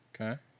Okay